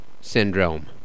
syndrome